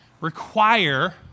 require